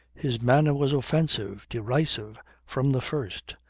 his manner was offensive, derisive, from the first.